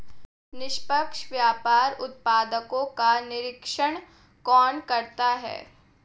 निष्पक्ष व्यापार उत्पादकों का निरीक्षण कौन करता है?